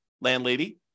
landlady